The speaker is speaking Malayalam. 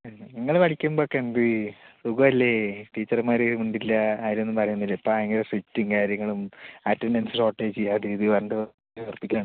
നിങ്ങള് പഠിക്കുമ്പോൾ ഒക്കെ എന്ത് സുഖമല്ലേ ടീച്ചർമാർ മിണ്ടില്ല ആരും ഒന്നും പറയുകയൊന്നുമില്ല ഇപ്പം ഭയങ്കര സ്ട്രിക്റ്റും കാര്യങ്ങളും അറ്റൻഡൻസ് ഷോർട്ടേജ് അത് ഇത് പറഞ്ഞിട്ട് ഭയങ്കര വെറുപ്പിക്കലാണ്